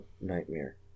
nightmare